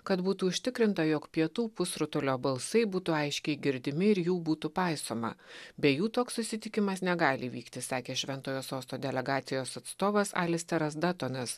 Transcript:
kad būtų užtikrinta jog pietų pusrutulio balsai būtų aiškiai girdimi ir jų būtų paisoma be jų toks susitikimas negali vykti sakė šventojo sosto delegacijos atstovas alis starazdatonas